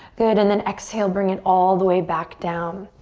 good, and then exhale, bring it all the way back down.